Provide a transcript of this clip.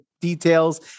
details